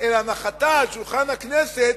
אלא נחתה על שולחן הכנסת,